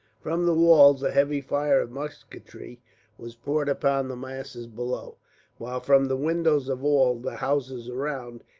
from the walls, a heavy fire of musketry was poured upon the masses below while from the windows of all the houses around,